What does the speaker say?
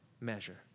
measure